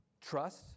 Trust